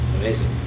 Amazing